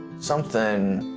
something